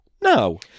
No